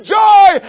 joy